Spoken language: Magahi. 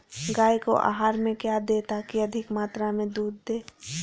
गाय को आहार में क्या दे ताकि अधिक मात्रा मे दूध दे?